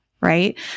right